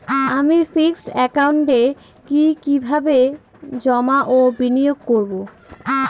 আমি ফিক্সড একাউন্টে কি কিভাবে জমা ও বিনিয়োগ করব?